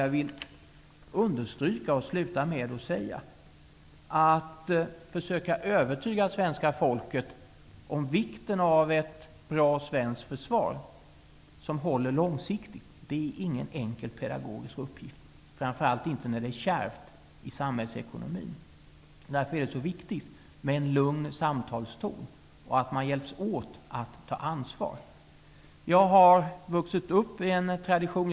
Jag vill understryka att det inte är någon enkel pedagogisk uppgift att försöka övertyga svenska folket om vikten av ett bra svenskt försvar som håller långsiktigt. Det är framför allt inte lätt när det är kärvt i samhällsekonomin. Därför är det så viktigt med en lugn samtalston och att man hjälps åt att ta ansvar. Jag har fått uppleva en tradition.